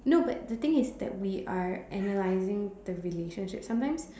no but the thing is that we are analyzing the relationship sometimes